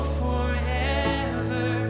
forever